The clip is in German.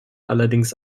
allerdings